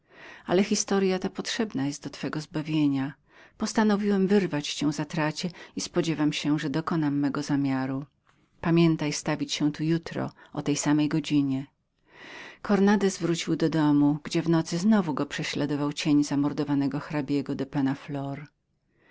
ale historya ta potrzebną jest do twego zbawienia postanowiłem wyrwać cię zagubie i spodziewam się że dokonam mego zamiaru pamiętaj stawić się tu jutro o tej samej godzinie cornandez wrócił do domu gdzie w nocy znowu go prześladował cień zamordowanego hrabiego penna